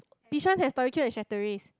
Bishan has Tori-Q and Chateraise